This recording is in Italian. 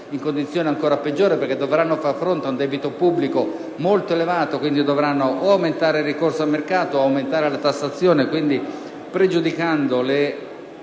in condizioni ancora peggiori, perché dovranno far fronte ad un debito pubblico molto elevato e dovranno aumentare il ricorso al mercato o la tassazione, pregiudicando